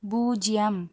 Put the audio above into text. பூஜ்ஜியம்